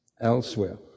elsewhere